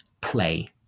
play